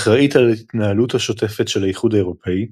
האחראית על התנהלותו השוטפת של האיחוד האירופי,